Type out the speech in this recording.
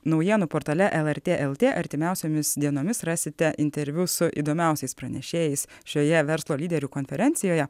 naujienų portale lrt lt artimiausiomis dienomis rasite interviu su įdomiausiais pranešėjais šioje verslo lyderių konferencijoje